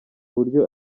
buryo